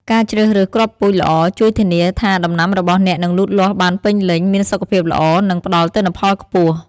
ការជ្រើសរើសគ្រាប់ពូជល្អជួយធានាថាដំណាំរបស់អ្នកនឹងលូតលាស់បានពេញលេញ មានសុខភាពល្អ និងផ្តល់ទិន្នផលខ្ពស់។